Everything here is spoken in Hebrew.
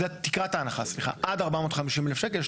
זאת תקרת ההנחה, סליחה, עד 450,000 שקלים.